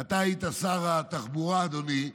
שבה אתה היית שר התחבורה, אדוני,